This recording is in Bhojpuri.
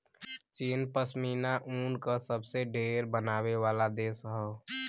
चीन पश्मीना ऊन क सबसे ढेर बनावे वाला देश हौ